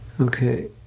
okay